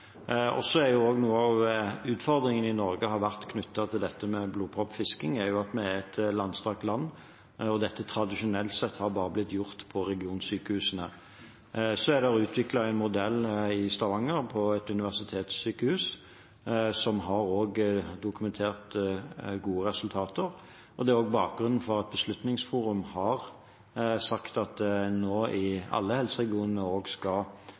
Så har noe av utfordringen i Norge knyttet til dette med blodproppfisking vært at vi er et langstrakt land, og tradisjonelt sett er dette bare blitt gjort på regionsykehusene. Det er utviklet en modell ved Universitetssykehuset i Stavanger som har dokumentert gode resultater, og det er også bakgrunnen for at Beslutningsforum har sagt at en nå i alle helseregionene skal vurdere om det er flere sykehus som kan gjøre dette. Det arbeidet er i gang, og